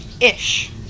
ish